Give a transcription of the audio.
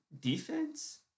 defense